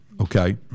okay